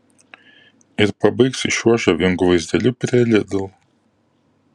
ir pabaigsiu šiuo žavingu vaizdeliu prie lidl